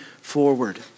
forward